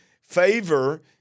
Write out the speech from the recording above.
Favor